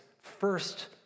first